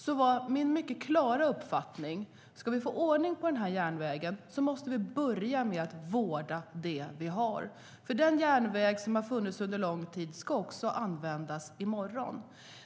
Då var min klara uppfattning att om vi ska få ordning på järnvägen måste vi börja med att vårda det vi har, för den järnväg som har funnits under lång tid ska också användas i morgon.